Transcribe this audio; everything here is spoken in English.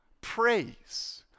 praise